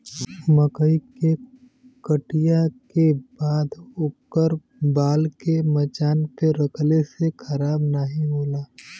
मकई के कटिया के बाद ओकर बाल के मचान पे रखले से खराब नाहीं होला